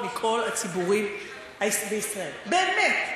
מכל הציבורים בישראל, באמת,